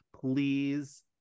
Please